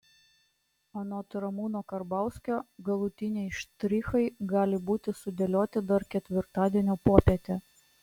anot ramūno karbauskio galutiniai štrichai gali būti sudėlioti dar ketvirtadienio popietę